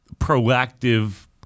proactive